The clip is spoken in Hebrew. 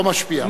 לא משפיעה.